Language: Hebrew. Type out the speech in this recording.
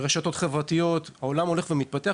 רשתות חברתיות - העולם הולך ומתפתח,